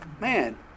man